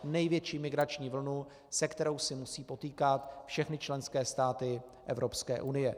Největší migrační vlnu, se kterou se musí potýkat všechny členské státy Evropské unie.